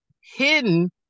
hidden